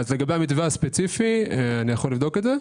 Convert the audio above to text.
לגבי המתווה הספציפי אני יכול לבדוק את זה.